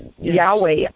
Yahweh